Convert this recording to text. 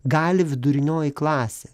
gali vidurinioji klasė